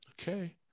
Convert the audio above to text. Okay